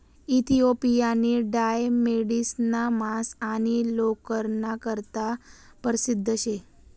इथिओपियानी डाय मेढिसना मांस आणि लोकरना करता परशिद्ध शे